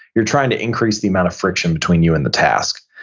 you're trying to increase the amount of friction between you and the task.